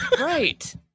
right